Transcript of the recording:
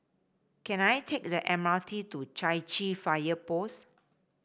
can I take the M R T to Chai Chee Fire Post